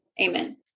Amen